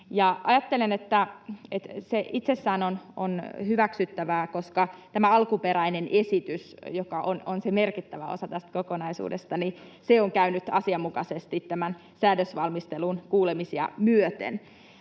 ajattelen, että se itsessään on hyväksyttävää, koska tämä alkuperäinen esitys, joka on se merkittävä osa tästä kokonaisuudesta, on käynyt asianmukaisesti tämän säädösvalmistelun kuulemisia myöten.